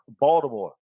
Baltimore